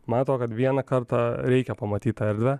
man atrodo kad vieną kartą reikia pamatyt tą erdvę